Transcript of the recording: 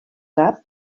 cap